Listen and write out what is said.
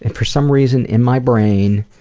and for some reason in my brain,